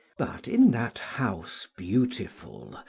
but in that house beautiful,